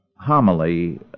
Homily